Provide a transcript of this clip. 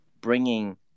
bringing